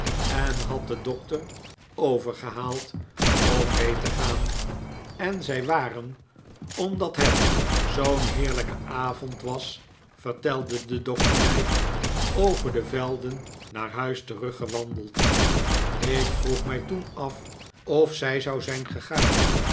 en had den doctor overgehaald om mee te gaan en zij waren omdat het zoo'n heerlijke avond was vertelde de doctor mij over de velden naar huis teruggewandeld ik vroeg mij toen af of zij zou zijn gegaan